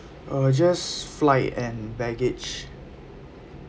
uh just flight and baggage